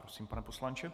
Prosím, pane poslanče.